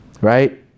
right